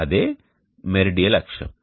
అదే మెరిడియల్ అక్షం